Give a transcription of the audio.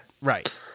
right